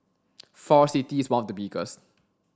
Forest City is one of the biggest